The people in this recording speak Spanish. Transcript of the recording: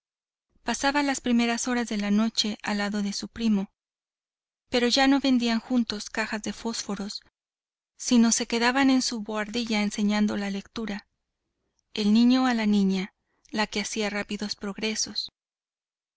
pasaba las primeras horas de la noche al lado de su primo pero ya no vendían juntos cajas de fósforos sino se quedaban en su boardilla enseñando la lectura el niño a la niña la que hacía rápidos progresos